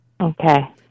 okay